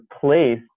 place